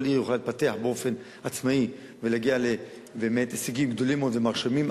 כל עיר יכולה להתפתח באופן עצמאי ולהגיע להישגים גדולים ומרשימים מאוד.